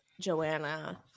Joanna